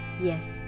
Yes